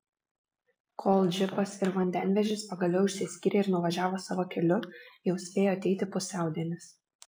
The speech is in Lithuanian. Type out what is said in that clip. kol džipas ir vandenvežis pagaliau išsiskyrė ir nuvažiavo savo keliu jau spėjo ateiti pusiaudienis